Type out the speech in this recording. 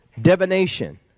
divination